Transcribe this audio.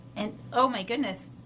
and oh my goodness,